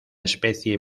especie